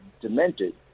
demented